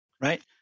right